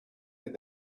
that